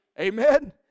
Amen